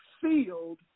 sealed